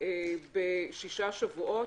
בשישה שבועות,